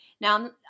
Now